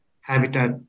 habitat